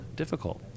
difficult